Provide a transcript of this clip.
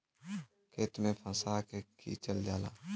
खेत में फंसा के खिंचल जाला